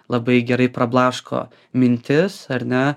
labai gerai prablaško mintis ar ne